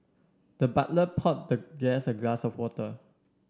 the butler poured the guest a glass of water